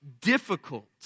difficult